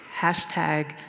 Hashtag